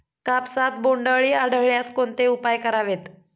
कापसात बोंडअळी आढळल्यास कोणते उपाय करावेत?